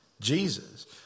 Jesus